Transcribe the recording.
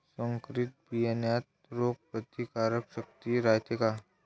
संकरित बियान्यात रोग प्रतिकारशक्ती रायते का?